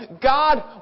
God